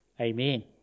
Amen